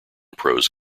prose